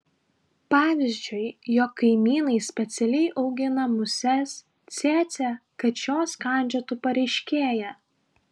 pavyzdžiui jog kaimynai specialiai augina muses cėcė kad šios kandžiotų pareiškėją